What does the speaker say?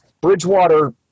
Bridgewater